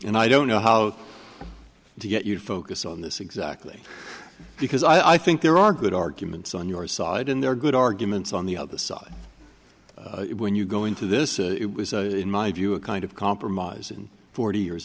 and i don't know how to get you to focus on this exactly because i think there are good arguments on your side and there are good arguments on the other side when you go into this it was in my view a kind of compromise and forty years